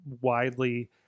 widely